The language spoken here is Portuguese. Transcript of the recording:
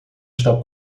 está